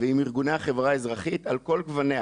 ועם ארגוני החברה האזרחית על כל גווניה.